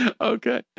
Okay